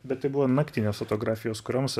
bet tai buvo naktinės fotografijos kurioms